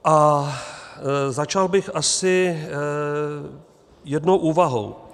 A začal bych asi jednou úvahou.